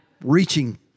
reaching